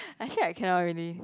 actually I cannot really